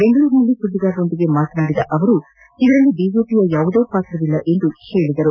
ಬೆಂಗಳೂರಿನಲ್ಲಿ ಸುದ್ದಿಗಾರರೊಂದಿಗೆ ಮಾತನಾದಿ ಇದರಲ್ಲಿ ಬಿಜೆಪಿಯ ಯಾವುದೇ ಪಾತ್ರವಿಲ್ಲ ಎಂದು ಅವರು ಹೇಳಿದರು